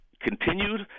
continued